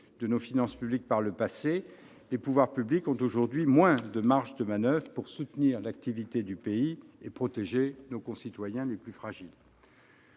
de nos finances publiques par le passé, les pouvoirs publics disposent aujourd'hui de moins de marges de manoeuvre pour soutenir l'activité du pays et protéger nos concitoyens les plus fragiles.